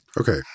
Okay